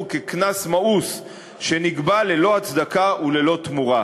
כקנס מאוס שנקבע ללא הצדקה וללא תמורה,